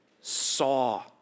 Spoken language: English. saw